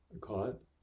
Caught